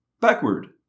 Backward